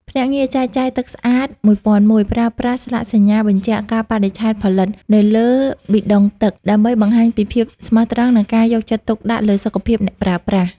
ភ្នាក់ងារចែកចាយ ទឹកស្អាត ១០០១ ប្រើប្រាស់ "ស្លាកសញ្ញាបញ្ជាក់កាលបរិច្ឆេទផលិត" នៅលើប៊ីដុងទឹក ដើម្បីបង្ហាញពីភាពស្មោះត្រង់ និងការយកចិត្តទុកដាក់លើសុខភាពអ្នកប្រើប្រាស់។